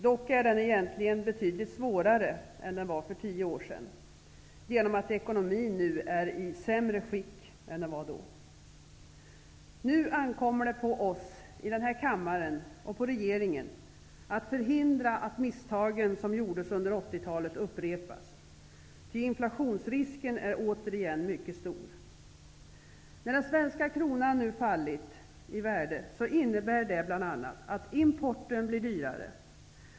Dock är situationen i dag egentligen betydligt svårare jämfört med hur det var för tio år sedan genom att ekonomin nu är i sämre skick än den var då. Nu ankommer det på oss i denna kammare, och på regeringen, att förhindra att misstag som gjordes under 80-talet upprepas, ty inflationsrisken är återigen mycket stor. Nu när den svenska kronan fallit i värde innebär det bl.a. att importen blir dyrare.